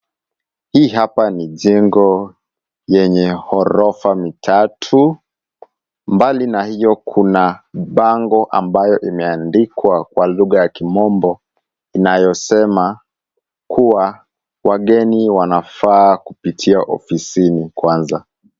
Hii hapa ni jengo yenye ghorofa mitatu, mbali na hiyo kuna bango ambayo imeandikwa kwa lugha ya kimombo inayosema kuwa wageni wanafaa kupitia ofisini kwanza.